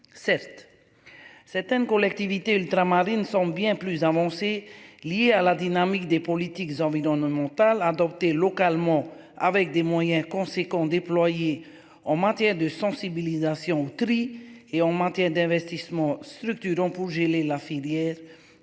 Certes. Certaines collectivités ultramarines sont bien plus avancés lié à la dynamique des politiques Zambie dans nos mental. Localement, avec des moyens conséquents déployés en matière de sensibilisation au tri et augmenter d'investissements structurants pour geler la filière